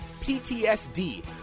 PTSD